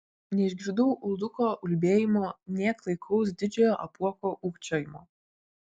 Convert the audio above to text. neišgirdau ulduko ulbėjimo nė klaikaus didžiojo apuoko ūkčiojimo